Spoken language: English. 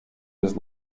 his